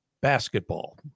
basketball